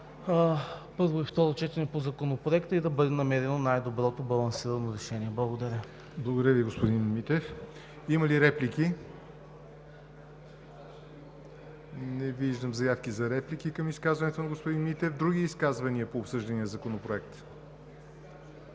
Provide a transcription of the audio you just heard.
първо и второ четене по Законопроекта, и да бъде намерено най-доброто балансирано решение. Благодаря. ПРЕДСЕДАТЕЛ ЯВОР НОТЕВ: Благодаря Ви, господин Митев. Има ли реплики? Не виждам заявки за реплики към изказването на господин Митев. Други изказвания по обсъждания законопроект?